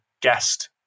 guest